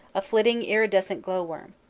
a flitting iridescent glow-worm.